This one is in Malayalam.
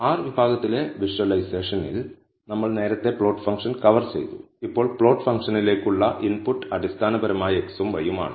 r വിഭാഗത്തിലെ വിഷ്വലൈസേഷനിൽ നമ്മൾ നേരത്തെ പ്ലോട്ട് ഫംഗ്ഷൻ കവർ ചെയ്തു ഇപ്പോൾ പ്ലോട്ട് ഫംഗ്ഷനിലേക്കുള്ള ഇൻപുട്ട് അടിസ്ഥാനപരമായി x ഉം y ഉം ആണ്